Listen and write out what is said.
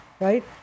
right